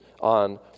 on